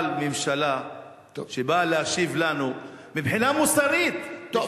אבל ממשלה שבאה להשיב לנו, מבחינה מוסרית, טוב.